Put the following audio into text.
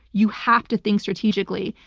you have to think strategically.